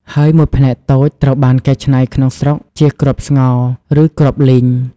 ហើយ មួយផ្នែកតូចត្រូវបានកែច្នៃក្នុងស្រុកជាគ្រាប់ស្ងោរ ឬគ្រាប់លីង។